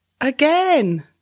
Again